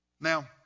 Now